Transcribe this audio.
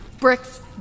Bricks